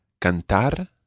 Cantar